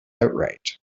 outright